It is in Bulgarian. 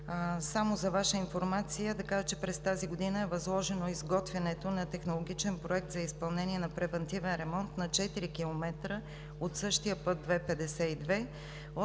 Само за Ваша информация ще кажа, че през тази година е възложено изготвянето на технологичен проект за изпълнение на превантивен ремонт на 4 км от същия път II-52